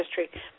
history